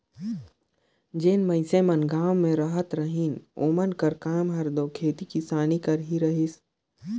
जेन मइनसे मन गाँव में रहत रहिन ओमन कर काम हर दो खेती किसानी कर ही रहिस